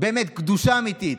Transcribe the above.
באמת, קדושה אמיתית.